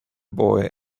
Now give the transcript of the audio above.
boy